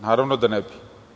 Naravno da ne bi.